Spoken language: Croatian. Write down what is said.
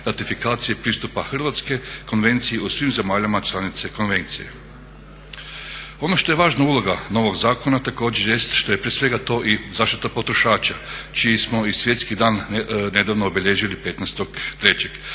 ratifikacije pristupa hrvatske konvencije u svim zemljama članice konvencije. Ono što je važna uloga novog zakona također jest što je prije svega to i zaštita potrošača čiji smo i svjetski dan nedavno obilježili 15.3.